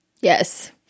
Yes